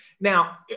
now